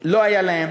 לא היה להן